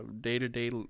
day-to-day